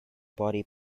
body